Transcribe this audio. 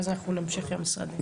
לאחר מכן נמשיך למשרדים.